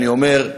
אני אומר: